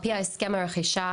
על פי הסכם הרכישה,